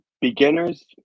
beginners